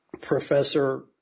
professor